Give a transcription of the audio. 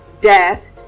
death